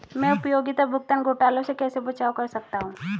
मैं उपयोगिता भुगतान घोटालों से कैसे बचाव कर सकता हूँ?